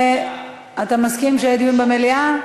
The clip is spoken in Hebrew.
אתה מסכים שיהיה דיון במליאה?